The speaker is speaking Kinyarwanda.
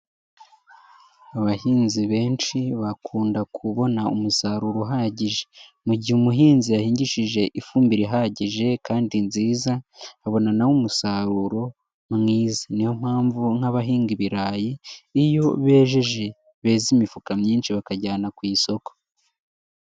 Abahinzi benshi bakunda kubona umusaruro uhagije. Mu gihe umuhinzi yahingishije ifumbire ihagije kandi nziza, abona na we umusaruro mwiza. Niyo mpamvu nk'abahinga ibirayi, iyo bejeje beza imifuka myinshi bakajyana ku isoko.